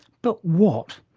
but what?